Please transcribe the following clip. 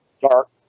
dark